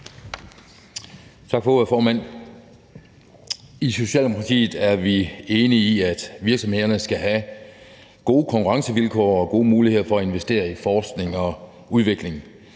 Tak for ordet, formand. I Socialdemokratiet er vi enige i, at virksomhederne skal have gode konkurrencevilkår og gode muligheder for at investere i forskning og udvikling.